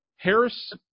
Harris